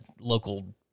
local –